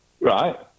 right